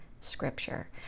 scripture